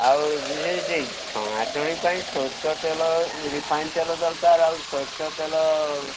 ଆଉ ଯିଏ ଯେଇ ଛଣାଛଣି ପାଇଁ ସୋରିଷତେଲ ରିଫାଇନ୍ ତେଲ ଦରକାର ଆଉ ସୋରିଷତେଲ